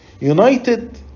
United